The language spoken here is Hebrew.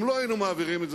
אם לא היינו מעבירים את זה,